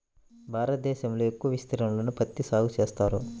భారతదేశంలో ఎక్కువ విస్తీర్ణంలో పత్తి సాగు చేస్తారు